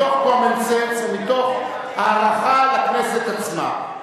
מתוך common sense ומתוך הערכה לכנסת עצמה.